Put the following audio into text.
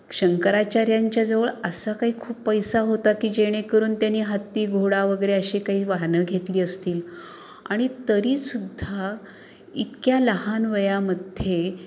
शंकराचार्यांच्या जवळ असा काही खूप पैसा होता की जेणेकरून त्यांनी हत्ती घोडा वगैरे अशी काही वाहनं घेतली असतील आणि तरीसुद्धा इतक्या लहान वयामध्ये